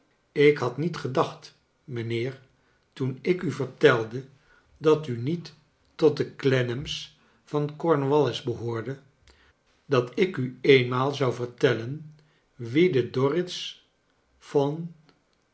ik had niet gedacht mijnheer toen ik u vertelde dat u niet tot de clennams van cornwallis behoorde dat ik u eenmaal zou vertellen wie de dorrits van